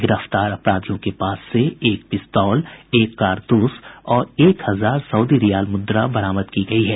गिरफ्तार अपराधियों के पास से एक पिस्तौल एक कारतूस और एक हजार सउदी रियाल मुद्रा बरामद की गयी है